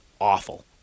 awful